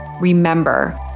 Remember